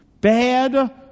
Bad